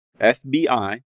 FBI